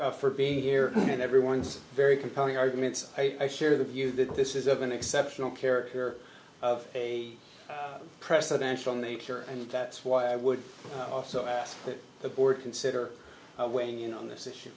guy for being here and everyone's very compelling arguments i share the view that this is an exceptional character of a presidential nature and that's why i would also ask the board consider weighing in on this issue